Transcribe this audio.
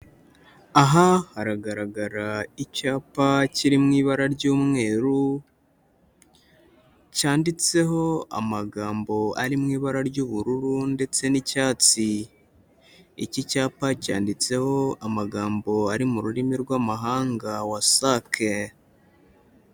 Aha haragaragara icyapa kiri mu ibara ry'umweru, cyanditseho amagambo ari mu ibara ry'ubururu ndetse n'icyatsi, iki cyapa cyanditseho amagambo ari mu rurimi rw'amahanga WASAC.